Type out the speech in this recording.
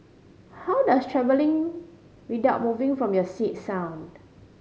how does travelling without moving from your seat sound